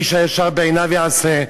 איש הישר בעיניו יעשה.